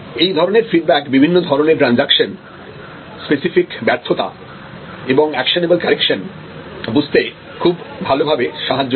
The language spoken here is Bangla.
এই ধরনের ফিডব্যাক বিভিন্ন ধরনের ট্রানজাকশন স্পেসিফিক ব্যর্থতা এবং অ্যাকশনেবল কারেকশন বুঝতে খুব ভালোভাবে সাহায্য করে